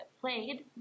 played